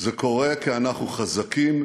זה קורה כי אנחנו חזקים,